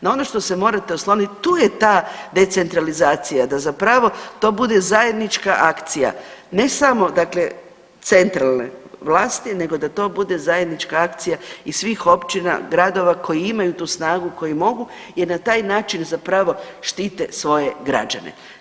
Na ono što se morate oslonit tu je ta decentralizacija da zapravo to bude zajednička akcija, ne samo centralne vlasti nego da to bude zajednička akcija i svih općina, gradova koji imaju tu snagu, koji mogu jer na taj način zapravo štite svoje građane.